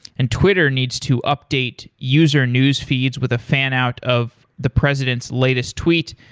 and twitter needs to update user newsfeed with a fan-out of the president's latest tweet.